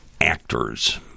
actors